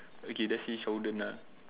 okay let's say ah